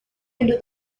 into